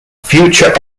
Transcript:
future